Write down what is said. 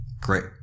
Great